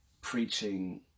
preaching